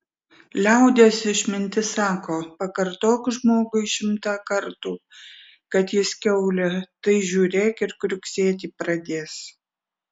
liaudies išmintis sako pakartok žmogui šimtą kartų kad jis kiaulė tai žiūrėk ir kriuksėti pradės